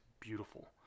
beautiful